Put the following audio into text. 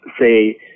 say